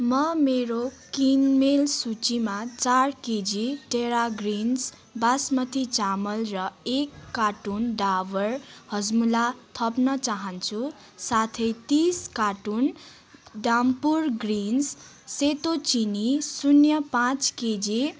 म मेरो किनमेल सूचीमा चार केजी टेरा ग्रिन्स बासमती चामल र एक कार्टुन डाबर हजमोला थप्न चाहन्छु साथै तिस कार्टुन धामपुर ग्रिन्स सेतो चिनी शून्य पाँच केजी